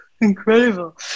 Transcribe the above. Incredible